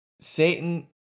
satan